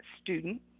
student